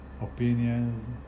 opinions